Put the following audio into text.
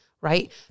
right